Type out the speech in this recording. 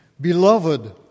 Beloved